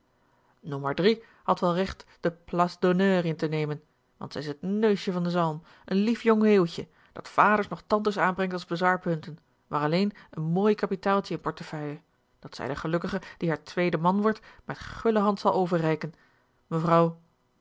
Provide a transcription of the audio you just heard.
nommer drie had wel recht de place d'honneur in te nemen want zij is het neusje van den zalm een lief jong weeuwtje dat vaders noch tantes aanbrengt als bezwaarpunten maar alleen een mooi kapitaaltje in portefeuille dat zij den gelukkige die haar tweede man wordt met gulle hand zal overreiken mevrouw